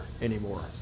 anymore